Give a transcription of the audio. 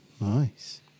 Nice